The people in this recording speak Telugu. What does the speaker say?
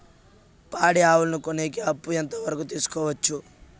పాడి ఆవులని కొనేకి అప్పు ఎంత వరకు తీసుకోవచ్చు?